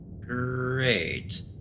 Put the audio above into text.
Great